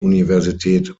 universität